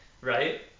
right